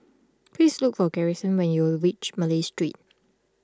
please look for Garrison when you reach Malay Street